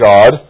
God